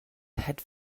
had